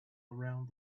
around